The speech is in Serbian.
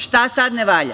Šta sad ne valja?